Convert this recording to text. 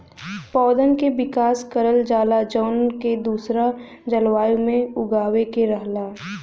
पौधन के विकास करल जाला जौन के दूसरा जलवायु में उगावे के रहला